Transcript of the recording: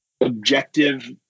objective